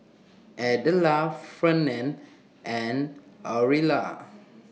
Idella Ferne and Orilla